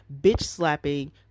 bitch-slapping